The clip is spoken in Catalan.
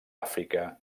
àfrica